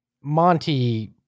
Monty